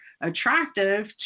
attractive